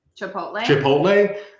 Chipotle